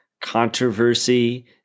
controversy